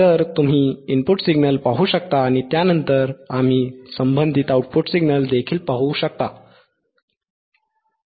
तर तुम्ही input signal पाहू शकता आणि त्यानंतर आम्ही संबंधित आउटपुट सिग्नल देखील पाहू शकतो